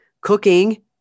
Cooking